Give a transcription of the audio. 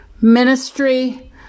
ministry